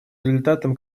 результатом